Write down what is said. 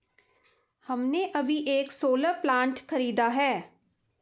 हमने अभी एक सोलर प्लांट खरीदा है